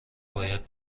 باید